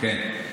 כן.